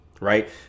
right